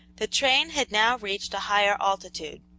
the train had now reached a higher altitude,